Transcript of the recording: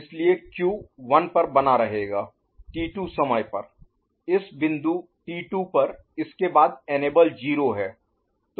इसलिए Q 1 पर बना रहेगा t2 समय पर इस बिंदु t2 पर इसके बाद इनेबल 0 है